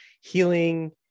healing